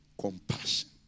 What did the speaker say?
compassion